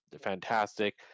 fantastic